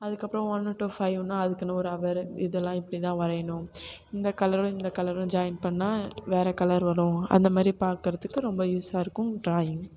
அதுக்கப்புறம் ஒன்று டூ ஃபைவ்ன்னா அதுக்குன்னு ஒரு அவர் இதெல்லாம் இப்படிதான் வரையணும் இந்த கலரும் இந்த கலரும் ஜாயின் பண்ணால் வேறு கலர் வரும் அந்தமாதிரி பார்க்கறதுக்கு ரொம்ப யூஸாக இருக்கும் ட்ராயிங்